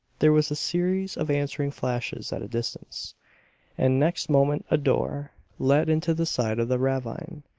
there was a series of answering flashes at a distance and next moment a door, let into the side of the ravine,